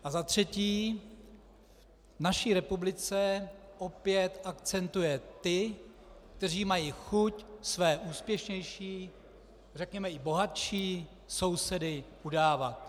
A za třetí v naší republice opět akcentuje ty, kteří mají chuť své úspěšnější, řekněme i bohatší sousedy udávat.